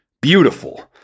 beautiful